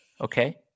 okay